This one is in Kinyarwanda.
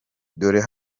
dore